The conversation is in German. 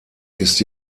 ist